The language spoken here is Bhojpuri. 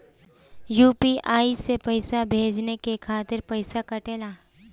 यू.पी.आई से पइसा भेजने के खातिर पईसा कटेला?